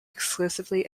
exclusively